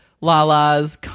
Lala's